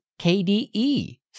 KDE